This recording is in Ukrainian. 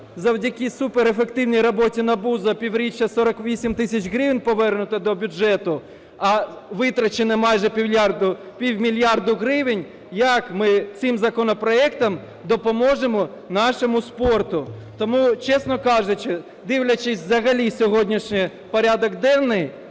завдяки супер ефективній роботі НАБУ за півріччя 48 тисяч гривень повернуто до бюджету, а витрачено майже півмільярда гривень, як ми цим законопроектом допоможемо нашому спорту. Тому, чесно кажучи, дивлячись взагалі сьогоднішній порядок денний,